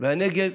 הנגב,